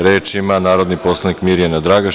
Reč ima narodni poslanik Mirjana Dragaš.